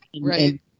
Right